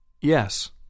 Yes